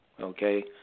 okay